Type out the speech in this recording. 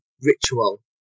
ritual